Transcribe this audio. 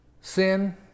Sin